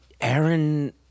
Aaron